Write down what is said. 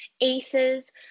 aces